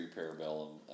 Parabellum